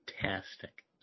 fantastic